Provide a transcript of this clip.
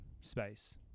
space